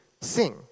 sing